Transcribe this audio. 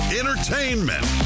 entertainment